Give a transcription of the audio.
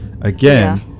again